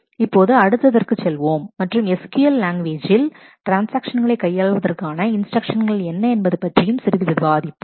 இப்போது அடுத்ததற்கு செல்வோம் மற்றும்SQL லாங்குவேஜில் ட்ரான்ஸ்ஆக்ஷன்களை கையாளுவதற்கான இன்ஸ்டிரக்ஷன்கள் என்ன என்பது பற்றி சிறிது விவாதிப்போம்